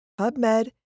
PubMed